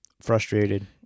Frustrated